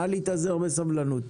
נא להתאזר בסבלנות.